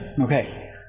Okay